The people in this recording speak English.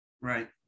Right